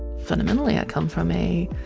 fundamentally i come from a